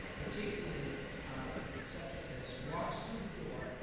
particularly such as this, walks through the door,